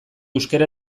euskara